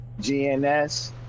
GNS